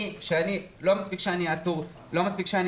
לא מספיק שאני עטור צל"ש,